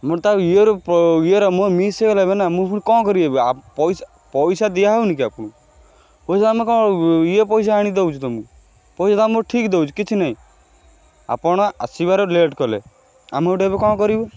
ମୋର୍ ତା ଇଏରୁ ଇଅର ମୋର ମିସ୍ ହେଇଗଲା ଏବେ ନା ମୁଁ ପୁଣି କ'ଣ କରିବି ଏବେ ପଇସା ପଇସା ଦିଆହେଉନିକି ଆପଣଙ୍କୁ ପଇସା ଆମେ କ'ଣ ଇଏ ପଇସା ଆଣିକି ଦେଉଛୁ ତମକୁ ପଇସା ତମକୁ ଠିକ୍ ଦେଉଛୁ କିଛି ନାହିଁ ଆପଣ ଆସିବାର ଲେଟ୍ କଲେ ଆମେ ଗୋଟେ ଏବେ କ'ଣ କରିବୁ